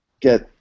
get